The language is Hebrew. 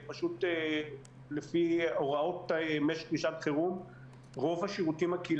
לפי הוראות משק לשעת חירום,